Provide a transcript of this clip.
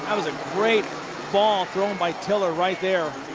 was a great ball thrown by tiller right there.